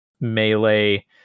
melee